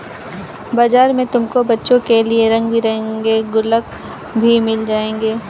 बाजार में तुमको बच्चों के लिए रंग बिरंगे गुल्लक भी मिल जाएंगे